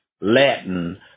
Latin